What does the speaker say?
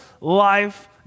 life